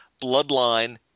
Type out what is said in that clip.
Bloodline